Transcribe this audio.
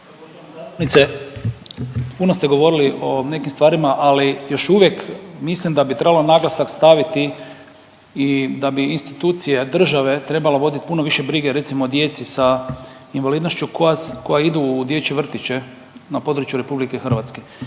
puno ste govorili o nekim stvarima ali još uvijek mislim da bi trebalo naglasak staviti i da bi institucije države trebala vodit puno više brige, recimo o djeci sa invalidnošću koja idu u dječje vrtiće na području RH.